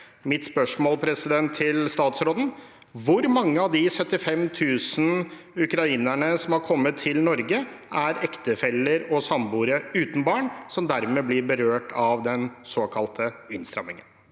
Mitt spørsmål til statsråden er: Hvor mange av de 75 000 ukrainerne som har kommet til Norge, er ektefeller og samboere uten barn, som dermed blir berørt av den såkalte innstrammingen?